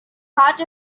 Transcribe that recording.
part